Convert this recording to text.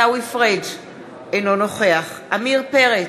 אינו נוכח עמיר פרץ,